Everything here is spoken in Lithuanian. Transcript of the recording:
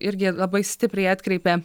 irgi labai stipriai atkreipia